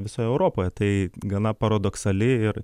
visoje europoje tai gana paradoksali ir